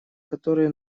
которые